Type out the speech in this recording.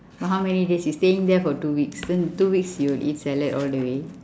but how many days you staying there for two weeks then the two weeks you will eat salad all the way